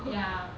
ya